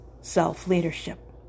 Self-Leadership